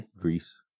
Greece